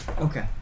Okay